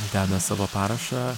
deda savo parašą